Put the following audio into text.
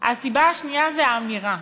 הסיבה השנייה היא האמירה,